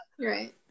Right